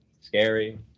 Scary